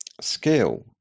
skill